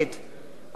אורית נוקד,